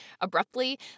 abruptly